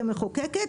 כמחוקקת,